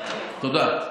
תודה.